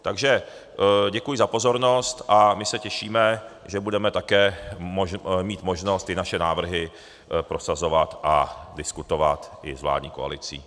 Takže děkuji za pozornost a my se těšíme, že budeme také mít možnost naše návrhy prosazovat a diskutovat i s vládní koalicí.